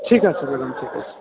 ঠিক আছে ম্যাডাম ঠিক আছে